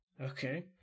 Okay